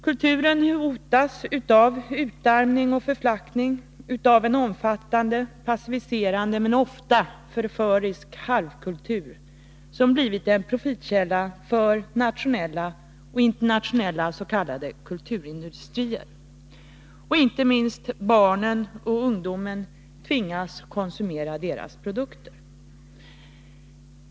Kulturen hotas av utarmning och förflackning och av en omfattande passiviserande och ofta förförisk halvkultur, som blivit en profitkälla för nationella och internationella s.k. kulturindustrier. Inte minst barnen och ungdomen tvingas konsumera deras produkter.